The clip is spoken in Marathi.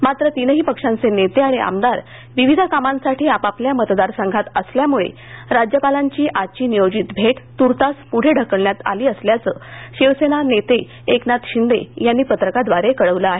मात्र तीनही पक्षांचे नेते आणि आमदार विविध कामांसाठी आपापल्या मतदारसंघात असल्यामुळे राज्यपालांची आजची नियोजित भेट तुर्तास पुढे ढकलण्यात आली असं शिवसेना नेते एकनाथ शिंदे यांनी पत्रकाद्वारे कळवलं आहे